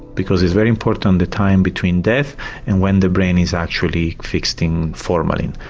because it's very important um the time between death and when the brain is actually fixed in formalin.